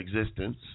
existence